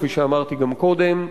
כפי שאמרתי גם קודם,